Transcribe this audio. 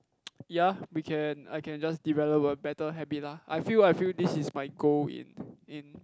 yea we can I can just develop a better habit lah I feel I feel this is my goal in in